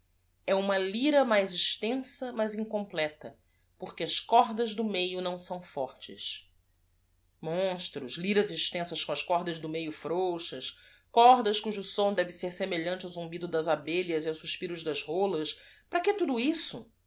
por que as cordas do meio não são fortes onstros lyras extensas com as cordas do meio frouxas cordas cujo som deve ser semelhante ao zumbido das abelhas e aos suspiros das rolas ara que tudo isso